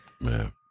Man